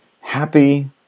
happy